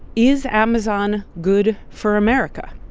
is amazon good for america?